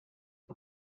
det